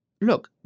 Look